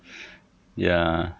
ya